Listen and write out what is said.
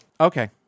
okay